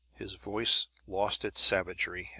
his voice lost its savagery,